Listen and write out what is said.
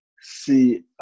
see